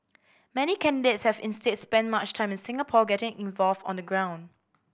many candidates have instead spent much time in Singapore getting involved on the ground